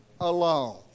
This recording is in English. alone